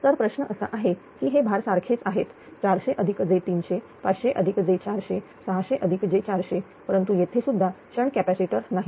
तर प्रश्न असा आहे की हे भार सारखेच आहेत 400j300 500j400 600j400 परंतु येथेसुद्धा शंट कॅपॅसिटर नाही